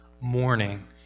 morning